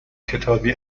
کتابی